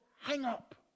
hang-up